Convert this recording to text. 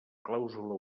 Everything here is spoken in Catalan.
clàusula